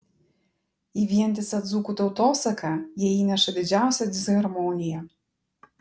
į vientisą dzūkų tautosaką jie įneša didžiausią disharmoniją